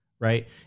right